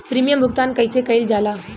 Premium भुगतान कइसे कइल जाला?